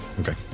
Okay